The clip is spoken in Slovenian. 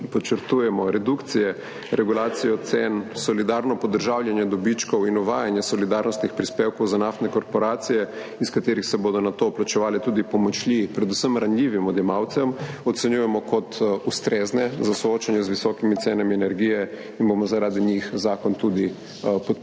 podčrtujemo redukcije, regulacijo cen, solidarno podržavljanje dobičkov in uvajanje solidarnostnih prispevkov za naftne korporacije, iz katerih se bodo nato plačevale tudi pomoči predvsem ranljivim odjemalcem, ocenjujemo kot ustrezne za soočanje z visokimi cenami energije in bomo zaradi njih zakon tudi podprli.